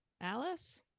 Alice